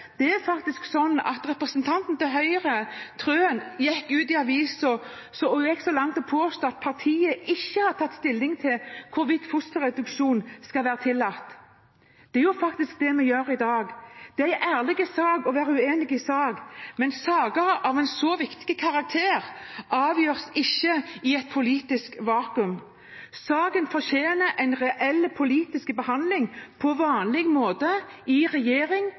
Representanten fra Høyre, Wilhelmsen Trøen, gikk i et avisinnlegg så langt som å påstå at partiet ikke har tatt stilling til hvorvidt fosterreduksjon skal være tillatt, men det er jo faktisk det vi gjør i dag. Det er en ærlig sak å være uenig i sak, men saker av en så viktig karakter avgjøres ikke i et politisk vakuum. Saken fortjener en reell politisk behandling på vanlig måte i regjering